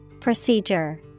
Procedure